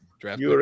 draft